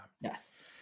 Yes